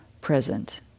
present